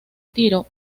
tiro